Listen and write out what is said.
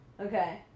okay